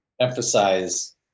emphasize